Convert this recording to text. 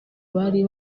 bari